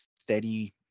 steady